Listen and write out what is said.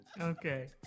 Okay